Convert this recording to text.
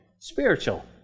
Spiritual